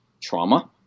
trauma